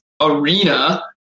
arena